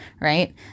Right